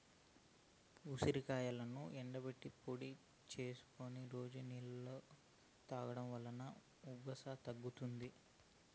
ఉసిరికాయలను ఎండబెట్టి పొడి చేసుకొని రోజు నీళ్ళలో తాగడం వలన ఉబ్బసం తగ్గుతాది